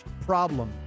problem